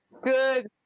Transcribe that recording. Good